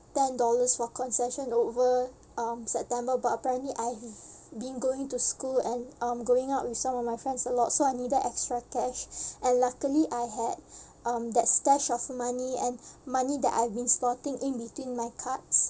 ten dollars for concession over um september but apparently I been going to school and um going out with some of my friends a lot so I needed extra cash and luckily I had um that stash of money and money that I've been slotting in between my cards